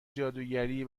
جادوگری